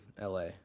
LA